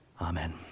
Amen